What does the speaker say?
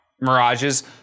mirages